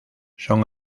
son